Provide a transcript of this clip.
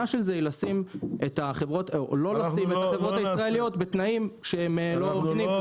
של זה היא לא לשים את החברות הישראליות בתנאים לא הוגנים.